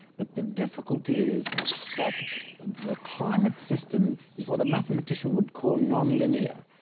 but the difficulty is that the climate system is what a mathematician would call nonlinear.